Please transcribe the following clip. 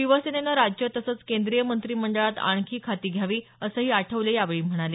शिवसेनेनं राज्य तसंच केंद्रीय मंत्रिमंडळात आणखी खाती घ्यावी असंही आठवले यावेळी म्हणाले